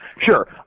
Sure